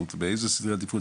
זאת אומרת באיזה עדיפות?